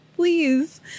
Please